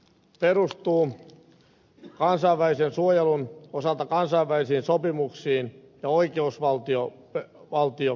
turvapaikkapolitiikka perustuu kansainvälisen suojelun osalta kansainvälisiin sopimuksiin ja oikeusvaltioperiaatteisiin